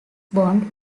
bond